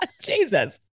Jesus